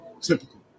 typical